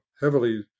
heavily